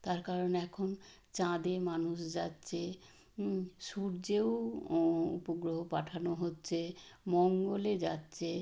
তার কারণ এখন চাঁদে মানুষ যাচ্ছে সূর্যেও উপগ্রহ পাঠানো হচ্ছে মঙ্গলে যাচ্ছে